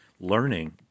learning